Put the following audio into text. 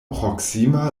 proksima